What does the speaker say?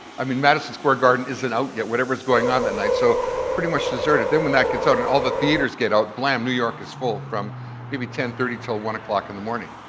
i mean madison square garden isn't out yet, whatever is going on that night, so it's pretty much deserted, then when that gets out and all the theatres get out, blam, new york is full, from maybe ten thirty till one o'clock in the morning.